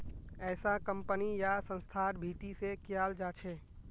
ऐसा कम्पनी या संस्थार भीती से कियाल जा छे